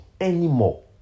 anymore